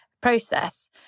process